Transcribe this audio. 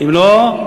אם לא,